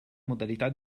modalità